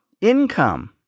income